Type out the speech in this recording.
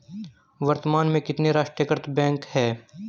वर्तमान में कितने राष्ट्रीयकृत बैंक है?